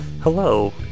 Hello